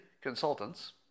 consultants